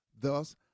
Thus